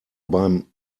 beim